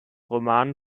romanen